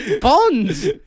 Bonds